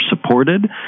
supported